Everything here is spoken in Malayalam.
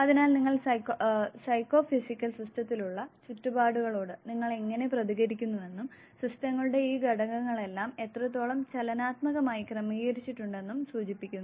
അതിനാൽ നിങ്ങൾ സൈക്കോഫിസിക്കൽ സിസ്റ്റത്തിലുള്ള ചുറ്റുപാടുകളോട് നിങ്ങൾ എങ്ങനെ പ്രതികരിക്കുന്നുവെന്നും സിസ്റ്റങ്ങളുടെ ഈ ഘടകങ്ങളെല്ലാം എത്രത്തോളം ചലനാത്മകമായി ക്രമീകരിച്ചിട്ടുണ്ടെന്നും സൂചിപ്പിക്കുന്നു